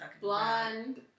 blonde